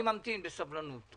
אני ממתין בסבלנות.